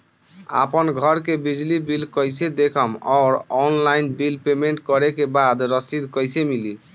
आपन घर के बिजली बिल कईसे देखम् और ऑनलाइन बिल पेमेंट करे के बाद रसीद कईसे मिली?